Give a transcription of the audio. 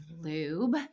lube